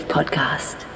Podcast